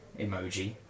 emoji